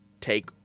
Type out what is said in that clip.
take